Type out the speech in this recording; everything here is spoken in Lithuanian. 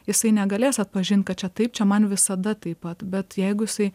jisai negalės atpažint kad čia taip čia man visada taip pat bet jeigu jisai